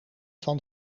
van